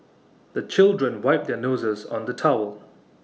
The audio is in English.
the children wipe their noses on the towel